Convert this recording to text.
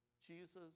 Jesus